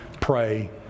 pray